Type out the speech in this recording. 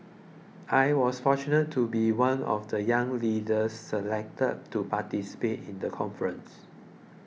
I was fortunate to be one of the young leaders selected to participate in the conference